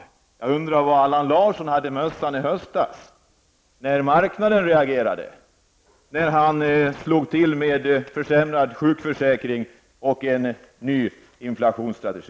Men jag undrar var Allan Larsson hade mössan i höstas då marknaden reagerade i och med att han slog till med en försämrad sjukförsäkring och en ny inflationsstrategi.